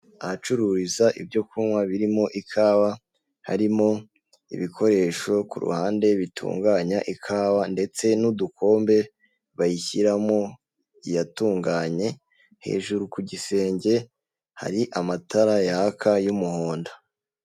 Ahacururiza ibyo kunywa birimo ikawa, harimo ibikoresho ku ruhande bitunganya ikawa ndetse n'udukombe bayishyiramo iyatunganye, hejuru ku gisenge hari amatara yaka y'umuhondo.